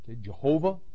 Jehovah